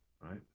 right